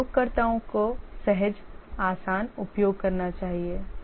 उपयोगकर्ताओं को सहज आसान उपयोग करना चाहिए